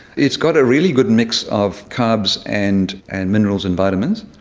it's got a really good mix of carbs and and minerals and vitamins,